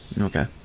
Okay